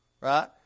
Right